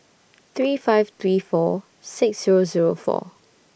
three five three four six Zero Zero four